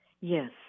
Yes